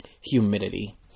Humidity